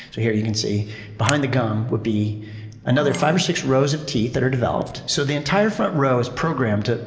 here you can see behind the gum would be another five or six rows of teeth that are developed. so the entire front row is programmed,